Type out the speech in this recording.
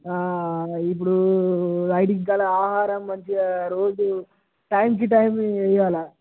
ఇప్పుడు వాటికి గల ఆహారం మంచిగా రోజు టైంకి టైం ఇవ్వాల